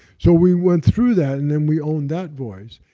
so we went through that, and then we owned that voice.